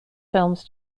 films